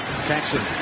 Jackson